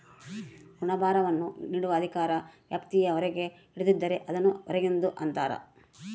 ಋಣಭಾರವನ್ನು ನೀಡುವ ಅಧಿಕಾರ ವ್ಯಾಪ್ತಿಯ ಹೊರಗೆ ಹಿಡಿದಿದ್ದರೆ, ಅದನ್ನು ಹೊರಗಿಂದು ಅಂತರ